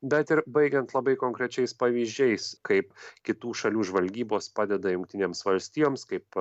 bet ir baigiant labai konkrečiais pavyzdžiais kaip kitų šalių žvalgybos padeda jungtinėms valstijoms kaip